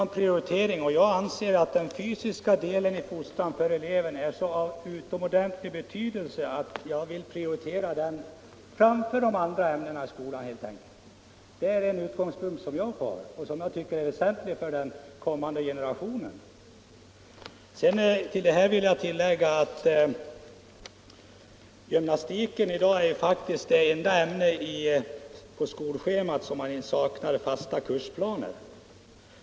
Herr talman! Ja, här är det fråga om en prioritering, och jag anser att elevernas fysiska fostran är av så stor betydelse att jag vill prioritera den framför skolans övriga ämnen. Det är min utgångspunkt, därför att jag anser den fysiska träningen vara så väsentlig för den kommande generationen. Sedan vill jag tillägga att gymnastiken i dag faktiskt är det enda ämne på skolschemat som helt saknar fasta kursplaner.